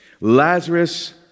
Lazarus